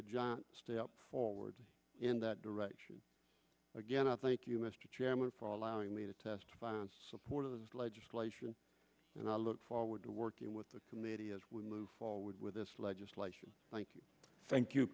a giant step forward in that direction again i thank you mr chairman for allowing me to testify in support of this legislation and i look forward to working with the committee as we move forward with this legislation thank you